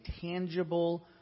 tangible